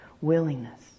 willingness